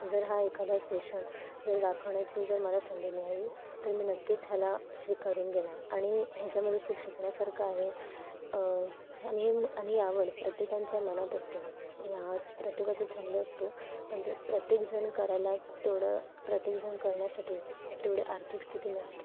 जरा हा एखादा सेशन जर दाखवण्याची जर मला संधी मिळाली तर मी नक्कीच ह्याला स्वीकारून घेणार आणि याच्यामध्ये खूप शिकण्यासारखं आहे आणि हे आणि आवड प्रत्येकाच्या मनात असते आणि हा प्रत्येकाचा छंद असतो पण ते प्रत्येकजण करायला तेवढं प्रत्येकजण करण्यासाठी तेवढे आर्थिक स्थिती नसते